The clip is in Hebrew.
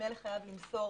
ממילא חייב למסור